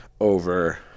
over